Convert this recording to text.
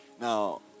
now